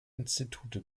institute